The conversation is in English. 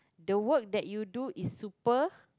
the work that you do is super